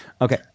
Okay